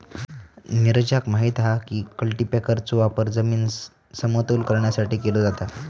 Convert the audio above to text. नीरजाक माहित हा की कल्टीपॅकरचो वापर जमीन समतल करण्यासाठी केलो जाता